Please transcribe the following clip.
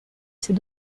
ses